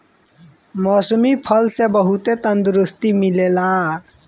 मौसमी फल से बहुते तंदुरुस्ती मिलेला